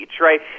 Right